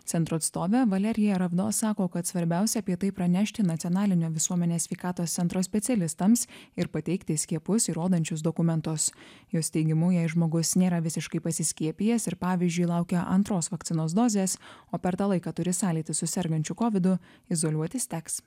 centro atstovė valerija ravdo sako kad svarbiausia apie tai pranešti nacionalinio visuomenės sveikatos centro specialistams ir pateikti skiepus įrodančius dokumentus jos teigimu jei žmogus nėra visiškai pasiskiepijęs ir pavyzdžiui laukia antros vakcinos dozės o per tą laiką turi sąlytį su sergančiu kovidu izoliuotis teks